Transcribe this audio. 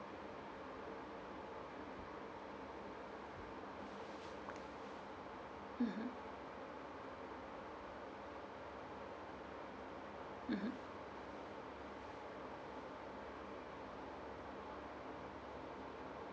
mmhmm mmhmm